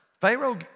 Pharaoh